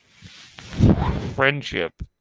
friendship